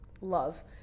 love –